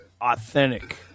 Authentic